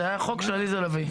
זה היה חוק של עליזה לביא.